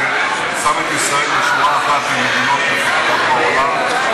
זה שם את ישראל בשורה אחת עם מדינות מפותחות בעולם,